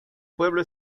pueblo